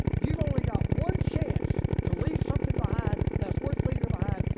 you've only got one chance to leave something behind that's worth leaving behind.